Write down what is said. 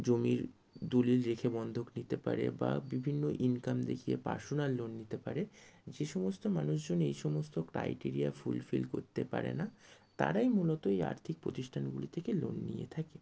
জমির দলিল রেখে বন্ধক নিতে পারে বা বিভিন্ন ইনকাম দেখিয়ে পারসোনাল লোন নিতে পারে যে সমস্ত মানুষজন এই সমস্ত ক্রাইটেরিয়া ফুলফিল করতে পারে না তারাই মূলত এই আর্থিক প্রতিষ্ঠানগুলি থেকে লোন নিয়ে থাকে